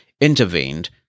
intervened